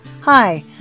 Hi